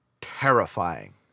terrifying